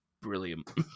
Brilliant